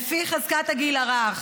לפי חזקת הגיל הרך,